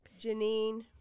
Janine